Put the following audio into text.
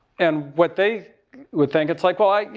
and what they would think, it's like, well, like